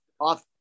off